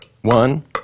One